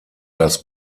das